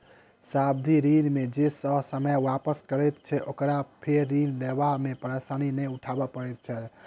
सावधि ऋण के जे ससमय वापस करैत छै, ओकरा फेर ऋण लेबा मे परेशानी नै उठाबय पड़ैत छै